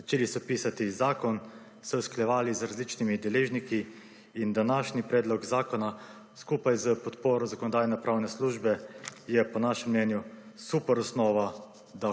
Začeli so pisati zakon, se usklajevali z različnimi deležniki, in današnji Predlog zakona, skupaj s podporo Zakonodajno-pravne službe, je po našem mnenju super osnova,